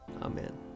amen